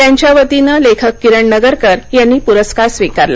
त्यांच्या वतीने लेखक किरण नगरकर यांनी पुरस्कार स्विकारला